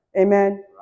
Amen